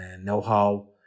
know-how